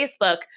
Facebook